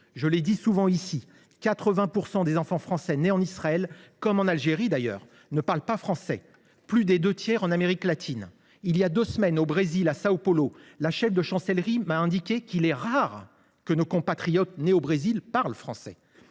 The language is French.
Je l’ai dit souvent ici : 80 % des enfants français nés en Israël, comme en Algérie d’ailleurs, ne parlent pas français. Cette proportion dépasse les deux tiers en Amérique latine. Il y a deux semaines, à São Paulo, la cheffe de Chancellerie m’a indiqué qu’il était rare que nos compatriotes nés au Brésil parlent français.